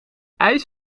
ijs